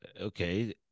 okay